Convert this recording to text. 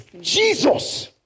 Jesus